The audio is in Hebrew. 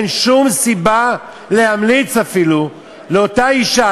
אין שום סיבה להמליץ אפילו לאותה אישה,